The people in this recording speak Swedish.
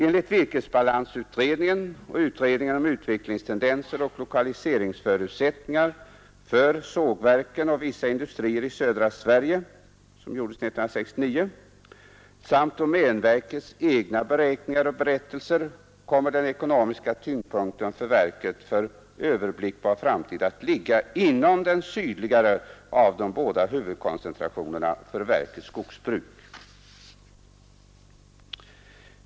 Enligt virkesbalansutredningen och utredningen 1969 om utvecklingstendenser och lokaliseringsförutsättningar för sågverken och vissa industrier i södra Sverige samt domänverkets egna beräkningar och berättelser kommer den ekonomiska tyngdpunkten för verket för överblickbar framtid att ligga inom den sydligare av de båda huvudkoncentrationerna för verkets skogsbruk.